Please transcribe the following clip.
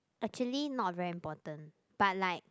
actually not very important but like